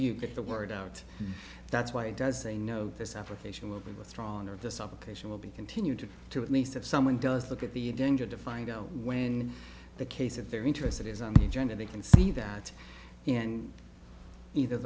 you get the word out that's why does say no this application will be withdrawn or this operation will be continued to at least if someone does look at the danger to find out when the case if they're interested is on the agenda they can see that and either